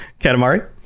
Katamari